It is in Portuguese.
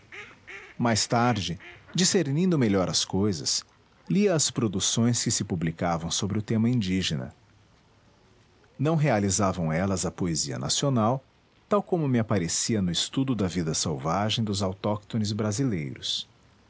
mais tarde discernindo melhor as cousas lia as produções que se publicavam sobre o tema indígena não realizavam elas a poesia nacional tal como me aparecia no estudo da vida selvagem dos autóctones brasileiros